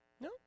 No